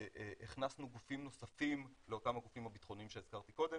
והכנסנו גופים נוספים לאותם הגופים הביטחוניים שהזכרתי קודם